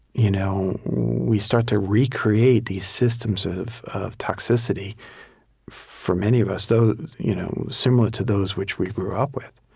you know we start to recreate these systems of toxicity toxicity for many of us, so you know similar to those which we grew up with.